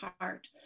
heart